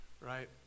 right